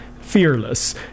fearless